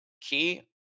key